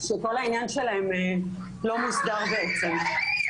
העניין שלהן לא מוסדר בעצם.